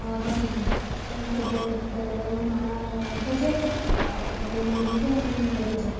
ରଖିଚୁ ତ କେବେ ବେଳେବେଳେ ମୋ ମାଆ ବୁଝେ ଆଉ କେତେବେଳ ମୁଁ ବୁଝେ ଆଉ ମୋ ଭାଇ ବୁଝେ